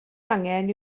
angen